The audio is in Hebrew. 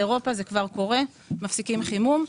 באירופה זה כבר קורה, מפסיקים חימום.